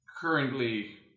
currently